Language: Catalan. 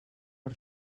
per